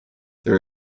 there